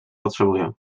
potrzebuję